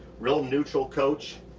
real neutral coach,